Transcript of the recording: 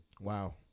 Wow